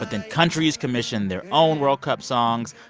but then countries commission their own world cup songs.